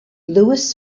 lewis